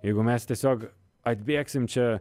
jeigu mes tiesiog atbėgsim čia